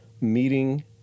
meeting